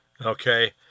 Okay